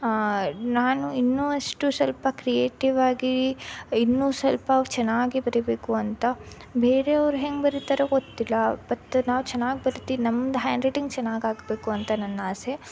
ನಾನು ಇನ್ನೂ ಅಷ್ಟು ಸ್ವಲ್ಪ ಕ್ರಿಯೇಟಿವ್ ಆಗಿ ಇನ್ನೂ ಸ್ವಲ್ಪ ಚೆನ್ನಾಗಿ ಬರಿಬೇಕು ಅಂತ ಬೇರೆಯವರು ಹೇಗೆ ಬರಿತಾರೋ ಗೊತ್ತಿಲ್ಲ ಬಟ್ ನಾವು ಚೆನ್ನಾಗಿ ಬರಿತೀವಿ ನಮ್ದು ಹ್ಯಾಂಡ್ ರೈಟಿಂಗ್ ಚೆನ್ನಾಗಿ ಆಗ್ಬೇಕು ಅಂತ ನನ್ನಾಸೆ